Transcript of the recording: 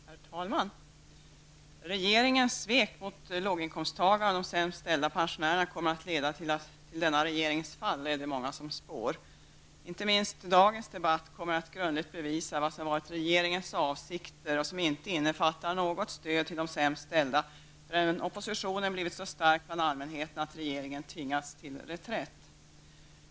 Herr talman! Det är många som spår att regeringens svek mot låginkomsttagare och de sämst ställda pensionärerna kommer att leda till denna regerings fall. Inte minst dagens debatt kommer att grundligt bevisa vad som har varit regeringens avsikter, som inte innefattat något stöd till de sämst ställda förrän oppositionen blivit så stark bland allmänheten att regeringen tvingats till reträtt.